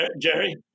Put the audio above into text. Jerry